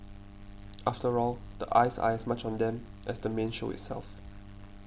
after all the eyes are as much on them as the main show itself